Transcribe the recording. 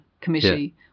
committee